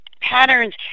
patterns